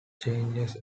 changes